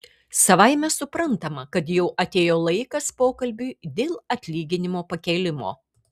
savaime suprantama kad jau atėjo laikas pokalbiui dėl atlyginimo pakėlimo